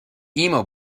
emo